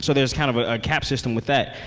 so there's kind of a cap system with that.